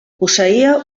posseïa